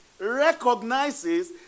recognizes